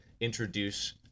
introduce